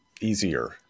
easier